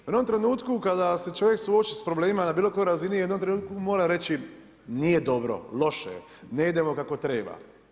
U jednom trenutku kada se čovjek suoči s problemima na bilo kojoj razini, u jednom trenutku mora reći nije dobro, loše je, ne idemo kako treba.